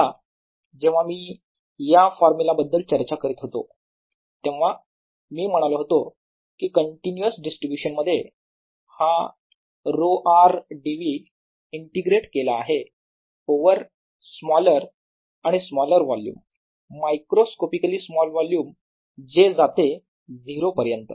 आठवा जेव्हा मी या फॉर्म्युला बद्दल चर्चा करीत होतो तेव्हा मी म्हणालो होतो की कंटीन्यूअस डिस्ट्रीब्यूशन मध्ये हा ρ r d v इंटिग्रेट केला आहे ओवर स्मॉलर आणि smaller volume microscopically small volume जे जाते 0 पर्यंत